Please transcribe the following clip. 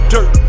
Dirt